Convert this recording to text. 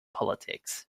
politics